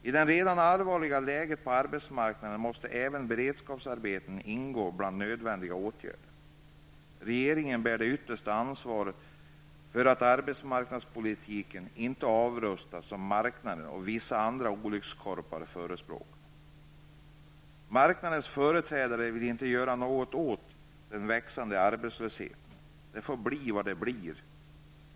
I det redan allvarliga läget på arbetsmarknaden måste även beredskapsarbeten ingå bland nödvändiga åtgärder. Regeringen bär det yttersta ansvaret för att arbetsmarknadspolitiken inte avrustas, något som marknaden och vissa andra olyckskorpar förespråkar. Marknadens företrädare vill inte göra något åt den växande arbetslösheten. Den får bli vad den blir.